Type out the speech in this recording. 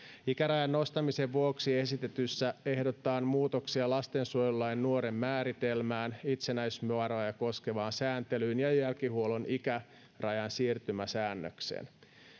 ikärajan nostamisen vuoksi esityksessä ehdotetaan muutoksia lastensuojelulain nuoren määritelmään itsenäistymisvaroja koskevaan sääntelyyn ja jälkihuollon ikärajan siirtymäsäännökseen